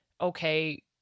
okay